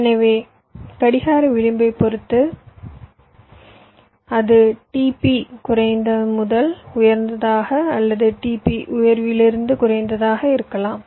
எனவே கடிகார விளிம்பைப் பொறுத்து அது t p குறைந்த முதல் உயர்ந்ததாக அல்லது t p உயர்விலிருந்து குறைந்ததாக இருக்கலாம்